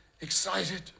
excited